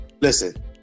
Listen